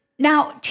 Now